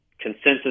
Consensus